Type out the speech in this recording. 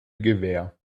gewähr